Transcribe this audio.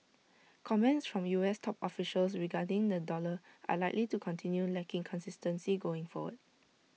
comments from U S top officials regarding the dollar are likely to continue lacking consistency going forward